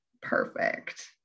perfect